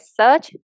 search